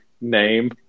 name